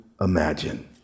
imagine